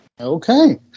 Okay